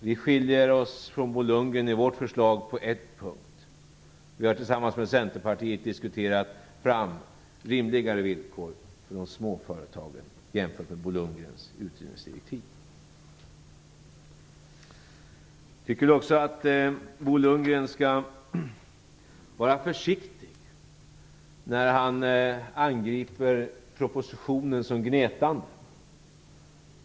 Vi skiljer oss i vårt förslag från Bo Lundgren på en punkt: Vi har tillsammans med Centerpartiet diskuterat fram rimligare villkor för de små företagen jämfört med Bo Lundgrens utredningsdirektiv. Jag tycker nog också att Bo Lundgren skall vara försiktig när han angriper propositionen som gnetande.